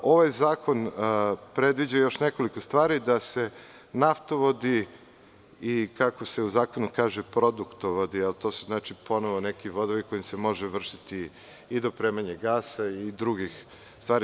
Ovaj zakon predviđa još nekoliko stvari, da se naftovodi i, kako se u zakonu kaže, produktovodi, a to su ponovo neki vodovi kojim se može vršiti i dopremanje gasa i nekih drugih stvari.